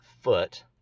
foot